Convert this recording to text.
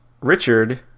Richard